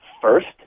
first